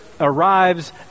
arrives